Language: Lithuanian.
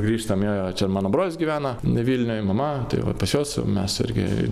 grįžtam jo jo čia mano brolis gyvena vilniuj mama tai vat pas juos mes irgi